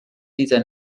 dieser